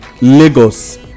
Lagos